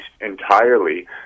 entirely